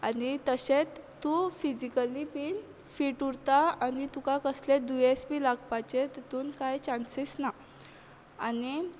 आनी तशेंत तूं फिजीकली बीन फिट उरता आनी तुका कसलेंच दुयेंस बीन लागपाचें तेतूंत कांय चानसीस ना आनी